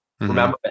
Remember